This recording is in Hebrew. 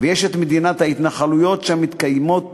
ויש מדינת ההתנחלויות, שם מתקיימת